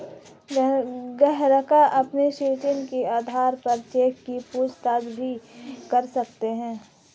ग्राहक अपनी स्थिति के आधार पर चेक की पूछताछ भी कर सकते हैं